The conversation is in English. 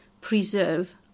preserve